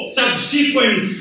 subsequent